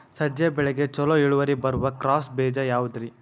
ಸಜ್ಜೆ ಬೆಳೆಗೆ ಛಲೋ ಇಳುವರಿ ಬರುವ ಕ್ರಾಸ್ ಬೇಜ ಯಾವುದ್ರಿ?